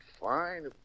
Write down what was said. fine